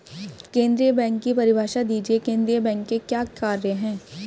केंद्रीय बैंक की परिभाषा दीजिए केंद्रीय बैंक के क्या कार्य हैं?